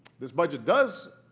this budget does